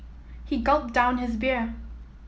he gulped down his beer